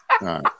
right